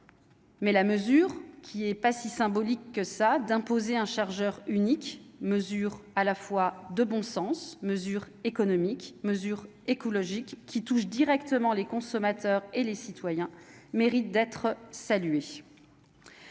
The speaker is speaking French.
Mais la mesure qui est pas si symbolique que ça d'imposer un chargeur unique mesure à la fois de bon sens, mesures économiques mesures écologiques qui touchent directement les consommateurs et les citoyens, mérite d'être salué.